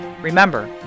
Remember